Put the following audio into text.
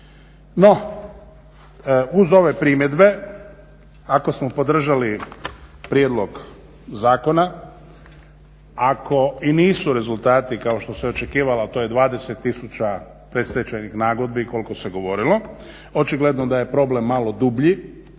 No uz ove primjedbe, ako smo podržali prijedlog zakona, ako i nisu rezultati kao što se očekivalo, a to je 20 tisuća predstečajnih nagodbi koliko se govorilo, očigledno da je problem malo dublji